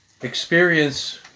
experience